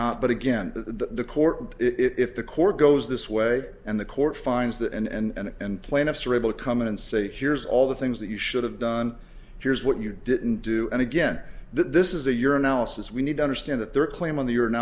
not but again the court if the court goes this way and the court finds that and plaintiffs are able to come in and say here's all the things that you should have done here's what you didn't do and again this is a your analysis we need to understand that their claim on the